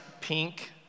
pink